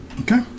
Okay